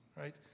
Right